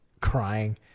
crying